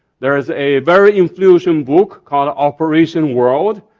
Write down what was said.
there is a very influential book called operation world.